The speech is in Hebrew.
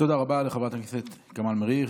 תודה רבה לחברת הכנסת כמאל מריח.